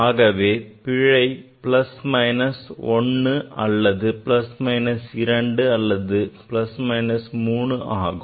எனவே பிழை plus minus 1 அல்லது plus minus 2 அல்லது plus minus 3 ஆகும்